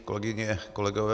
Kolegyně, kolegové.